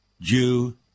Jew